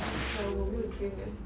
I 我没有 dream leh